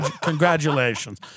Congratulations